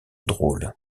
drôle